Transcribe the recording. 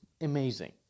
amazing